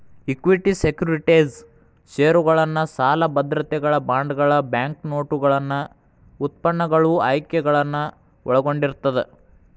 equity securities ಷೇರುಗಳನ್ನ ಸಾಲ ಭದ್ರತೆಗಳ ಬಾಂಡ್ಗಳ ಬ್ಯಾಂಕ್ನೋಟುಗಳನ್ನ ಉತ್ಪನ್ನಗಳು ಆಯ್ಕೆಗಳನ್ನ ಒಳಗೊಂಡಿರ್ತದ